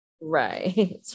Right